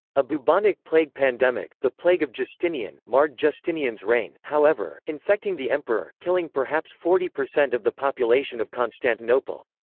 a bubonic plague pandemic, the plague of justinian, marred justinian's reign, however, infecting the emperor, killing perhaps forty percent of the population of constantinople.